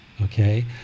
okay